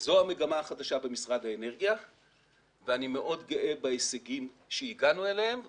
זו המגמה החדשה במשרד האנרגיה ואני מאוד גאה בהישגים אליהם הגענו.